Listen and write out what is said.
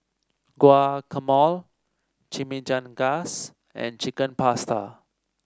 Guacamole Chimichangas and Chicken Pasta